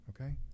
okay